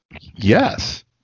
Yes